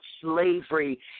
slavery